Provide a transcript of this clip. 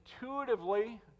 intuitively